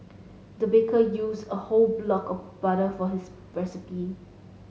the baker used a whole block of butter for his recipe